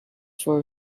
for